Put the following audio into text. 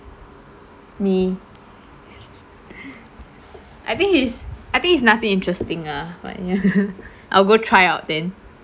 me I think he's I think it's nothing interesting ah but yeah I'll go try out then